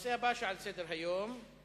הנושא הבא על סדר-היום הוא